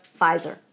Pfizer